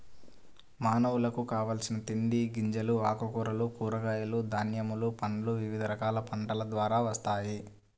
మానవులకు కావలసిన తిండి గింజలు, ఆకుకూరలు, కూరగాయలు, ధాన్యములు, పండ్లు వివిధ రకాల పంటల ద్వారా వస్తాయి